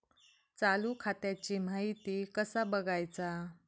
चालू खात्याची माहिती कसा बगायचा?